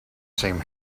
same